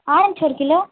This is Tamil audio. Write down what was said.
ஆரஞ்ச் ஒரு கிலோ